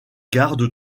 garde